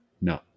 No